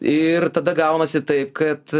ir tada gaunasi taip kad